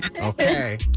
Okay